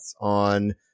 on